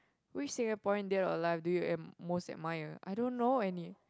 which Singaporean dead or alive do you most admire I don't know any